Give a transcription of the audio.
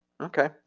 Okay